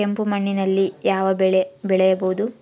ಕೆಂಪು ಮಣ್ಣಿನಲ್ಲಿ ಯಾವ ಬೆಳೆ ಬೆಳೆಯಬಹುದು?